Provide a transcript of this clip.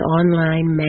online